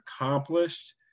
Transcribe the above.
accomplished